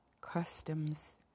customs